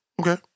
Okay